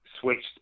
switched